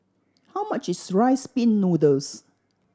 how much is Rice Pin Noodles